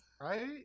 Right